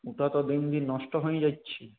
ওটা তো দিন দিন নষ্ট হয়ে যাচ্ছে